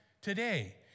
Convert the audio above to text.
today